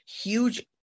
huge